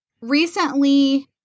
Recently